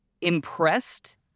impressed